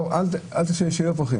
שיהיו פרחים.